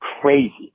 crazy